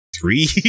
three